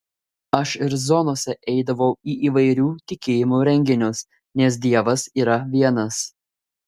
aš ir zonose eidavau į įvairių tikėjimų renginius nes dievas yra vienas